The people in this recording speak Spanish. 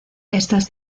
estas